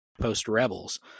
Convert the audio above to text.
post-Rebels